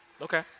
Okay